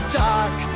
dark